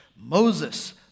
Moses